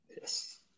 Yes